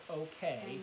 okay